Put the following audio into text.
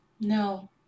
no